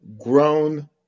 grown